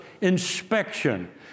inspection